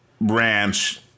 ranch